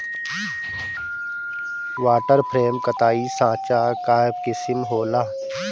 water frame कताई साँचा कअ किसिम होला